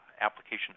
application